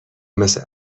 مثل